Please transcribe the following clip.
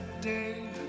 day